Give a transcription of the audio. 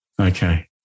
Okay